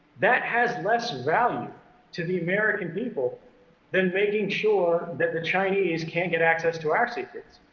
that has less value to the american people than making sure that the chinese can't get access to our secrets.